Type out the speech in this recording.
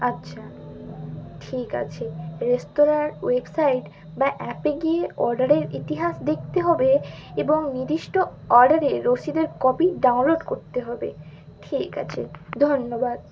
আচ্ছা ঠিক আছে রেস্তোরাঁর ওয়েবসাইট বা অ্যাপে গিয়ে অর্ডারের ইতিহাস দেখতে হবে এবং নির্দিষ্ট অর্ডারে রসিদের কপি ডাউনলোড করতে হবে ঠিক আছে ধন্যবাদ